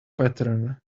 pattern